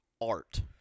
Art